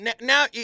Now